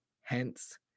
hence